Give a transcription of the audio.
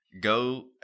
go